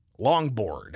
longboard